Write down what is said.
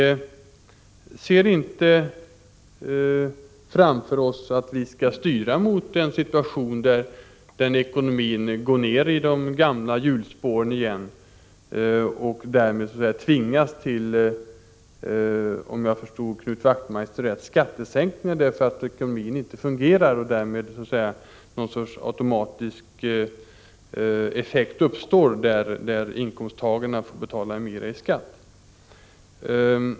Vi ser inte framför oss att vi skall behöva styra mot en situation där ekonomin går ned i de gamla hjulspåren igen och vi därmed, om jag förstod Knut Wachtmeister rätt, tvingas till skattesänkningar därför att ekonomin inte fungerar — någon sorts automatisk effekt skulle alltså uppstå som gör att inkomsttagarna får betala mer i skatt.